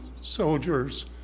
soldiers